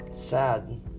sad